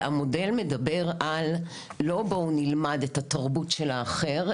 המודל מדבר לא על בואו נלמד את התרבות של האחר,